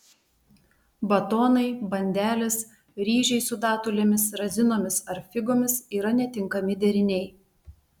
batonai bandelės ryžiai su datulėmis razinomis ar figomis yra netinkami deriniai